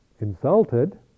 insulted